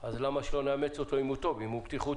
אז למה שלא נאמץ אותו אם הוא טוב, אם הוא בטיחותי?